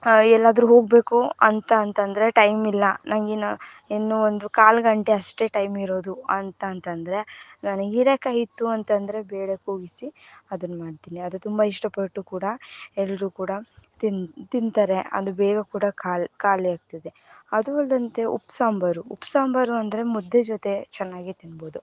ಎಲ್ಲಾದರೂ ಹೋಗಬೇಕು ಅಂತ ಅಂತಂದರೆ ಟೈಮಿಲ್ಲ ನನಗಿನ್ನು ಇನ್ನೂ ಒಂದು ಕಾಲು ಗಂಟೆ ಅಷ್ಟೇ ಟೈಮ್ ಇರೋದು ಅಂತ ಅಂತಂದರೆ ನಾನು ಹೀರೇಕಾಯಿ ಇತ್ತು ಅಂತಂದರೆ ಬೇಳೆ ಕೂಗಿಸಿ ಅದನ್ನು ಮಾಡ್ತೀನಿ ಅದು ತುಂಬ ಇಷ್ಟಪಟ್ಟು ಕೂಡ ಎಲ್ಲರೂ ಕೂಡ ತಿನ್ನು ತಿಂತಾರೆ ಅದು ಬೇಗ ಕೂಡ ಖಾಲಿ ಖಾಲಿಯಾಗ್ತದೆ ಅದು ಅಲ್ಲದಂತೆ ಉಪ್ಸಾಂಬಾರು ಉಪ್ಸಾಂಬಾರು ಅಂದರೆ ಮುದ್ದೆ ಜೊತೆ ಚೆನ್ನಾಗೆ ತಿನ್ಬೋದು